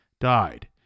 died